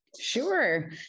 Sure